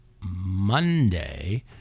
Monday